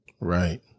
Right